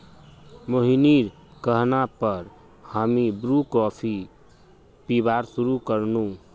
मोहिनीर कहना पर हामी ब्रू कॉफी पीबार शुरू कर नु